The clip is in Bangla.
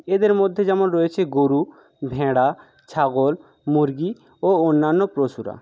এদের মধ্যে যেমন রয়েছে গরু ভেড়া ছাগল মুরগী ও অন্যান্য পশুরা